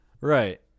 Right